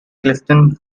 clifton